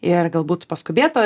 ir galbūt paskubėta